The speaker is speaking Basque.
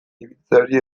ibiltzeari